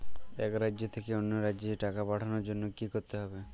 এক রাজ্য থেকে অন্য রাজ্যে টাকা পাঠানোর জন্য কী করতে হবে?